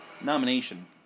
nomination